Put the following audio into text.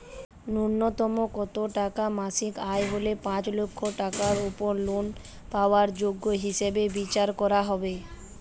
ন্যুনতম কত টাকা মাসিক আয় হলে পাঁচ লক্ষ টাকার উপর লোন পাওয়ার যোগ্য হিসেবে বিচার করা হবে?